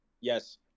Yes